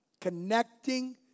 Connecting